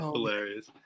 Hilarious